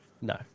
No